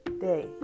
day